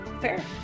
Fair